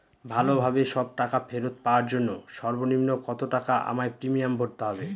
ভালোভাবে সব টাকা ফেরত পাওয়ার জন্য সর্বনিম্ন কতটাকা আমায় প্রিমিয়াম ভরতে হবে?